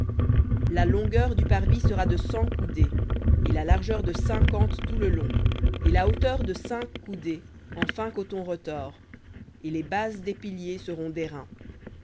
la longueur du parvis sera de cent coudées et la largeur de cinquante tout le long et la hauteur de cinq coudées en fin coton retors et les bases des piliers seront